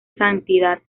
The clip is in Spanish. santidad